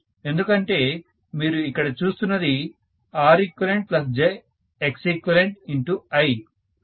ఎందుకంటే మీరు ఇక్కడ చూస్తున్నది ReqjXeqI